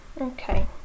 Okay